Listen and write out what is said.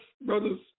brothers